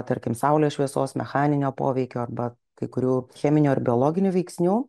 tarkim saulės šviesos mechaninio poveikio arba kai kurių cheminių ar biologinių veiksnių